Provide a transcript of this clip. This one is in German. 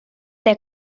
der